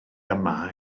yma